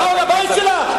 באו לבית שלך?